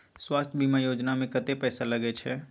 स्वास्थ बीमा योजना में कत्ते पैसा लगय छै?